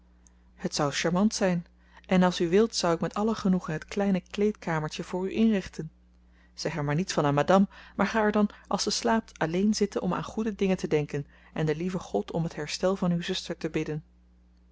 het zou charmant zijn en als u wilt zal ik met alle genoegen het kleine kleedkamertje voor u inrichten zeg er maar niets van aan madame maar ga er dan als ze slaapt alleen zitten om aan goede dingen te denken en den lieven god om het herstel van uw zuster te bidden